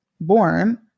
born